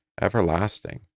everlasting